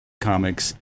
comics